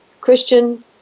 Christian